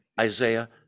Isaiah